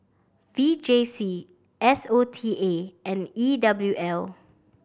V J C S O T A and E W L